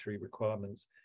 requirements